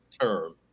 term